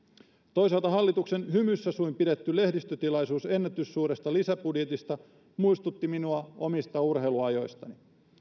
toisaalta hallituksen hymyssä suin pidetty lehdistötilaisuus ennätyssuuresta lisäbudjetista muistutti minua omista urheiluajoistani